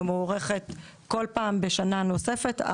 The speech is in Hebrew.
ומאורכת כל פעם בשנה נוספת,